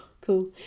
cool